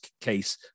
case